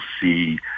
see